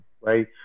right